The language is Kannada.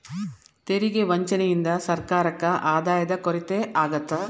ತೆರಿಗೆ ವಂಚನೆಯಿಂದ ಸರ್ಕಾರಕ್ಕ ಆದಾಯದ ಕೊರತೆ ಆಗತ್ತ